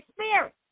spirit